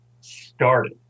started